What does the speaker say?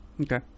Okay